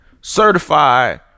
certified